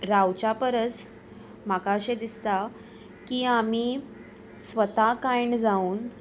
रावच्या परस म्हाका अशें दिसता की आमी स्वता कायण्ड जावन